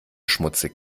schmutzig